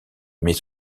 mais